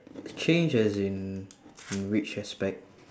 change as in in which aspect